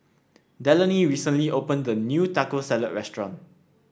Delaney recently opened a new Taco Salad restaurant